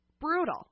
brutal